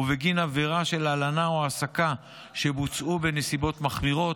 ובגין עבירה של הלנה או העסקה שבוצעו בנסיבות מחמירות,